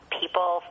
people